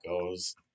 goes